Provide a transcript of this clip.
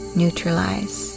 neutralize